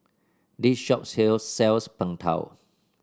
this shop sell sells Png Tao